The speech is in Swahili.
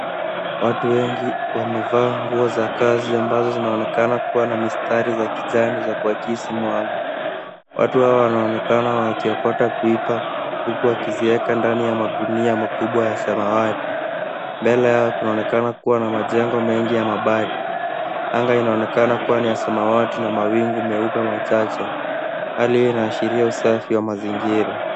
Watu wengi wamevaa nguo za kazi ambazo zinaonekana kua na mistari ya kijani wakihisi mwamba. Watu Hawa wanaonekana wakiokota pipa huku wakizieka ndani ya magunia makubwa ya samawati. Mbele yao kunaonekana kuwa na majengo mengi ya mabati . Anga inaonekana kuwa ni ya samawati na mawingu meupe machache. Hali hii inaashiria usafi wa mazingira.